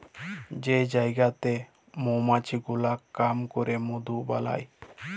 যে জায়গাতে মমাছি গুলা কাম ক্যরে মধু বালাই